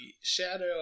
Shadow